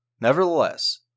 Nevertheless